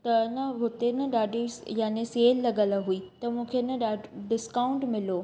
त न हुते न ॾाढी याने सेल लॻियल हुई त मूंखे न ॾाढो डिस्काउंट मिलियो